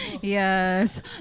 Yes